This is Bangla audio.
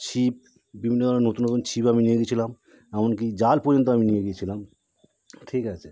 ছিপ বিভিন্ন ধরনের নতুন নতুন ছিপ আমি নিয়ে গিয়েছিলাম এমনকি জাল পর্যন্ত আমি নিয়ে গিয়েছিলাম ঠিক আছে